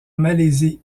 malaisie